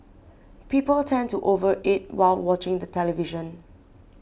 people tend to over eat while watching the television